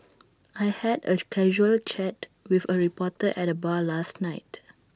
I had A casual chat with A reporter at the bar last night